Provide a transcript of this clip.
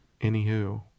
Anywho